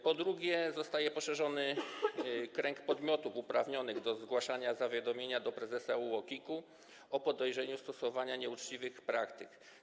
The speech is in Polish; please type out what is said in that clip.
Po drugie, zostaje poszerzony krąg podmiotów uprawnionych do zgłaszania zawiadomienia do prezesa UOKiK-u o podejrzeniu stosowania nieuczciwych praktyk.